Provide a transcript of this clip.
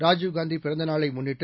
ராஜீவ்காந்திபிறந்நாளைமுன்னிட்டு